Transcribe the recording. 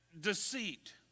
deceit